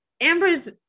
Amber's